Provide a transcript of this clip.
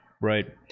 Right